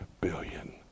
billion